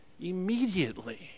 immediately